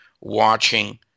watching